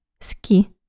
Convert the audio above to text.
Ski